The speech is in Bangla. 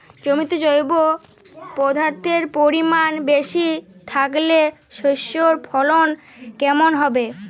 জমিতে জৈব পদার্থের পরিমাণ বেশি থাকলে শস্যর ফলন কেমন হবে?